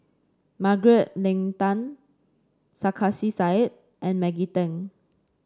Margaret Leng Tan Sarkasi Said and Maggie Teng